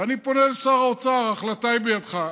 ואני פונה אל שר האוצר: ההחלטה היה בידך.